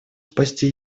спасти